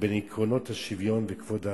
לבין עקרונות השוויון וכבוד האדם,